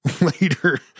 later